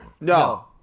No